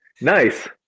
Nice